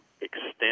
extend